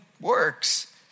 works